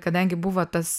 kadangi buvo tas